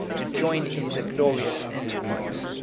to join in the glorious enterprise.